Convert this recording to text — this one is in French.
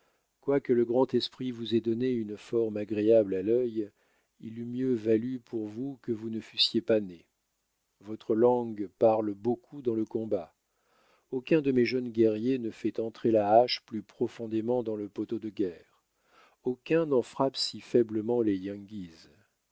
quoique le grand esprit vous ait donné une forme agréable à l'œil il eût mieux valu pour vous que vous ne fussiez pas né votre langue parle beaucoup dans le combat aucun de mes jeunes guerriers ne fait entrer la hache plus profondément dans le poteau de guerre aucun n'en frappe si faiblement les